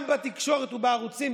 גם בתקשורת ובערוצים,